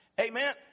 Amen